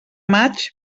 maig